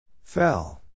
Fell